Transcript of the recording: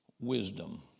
Wisdom